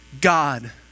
God